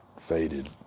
faded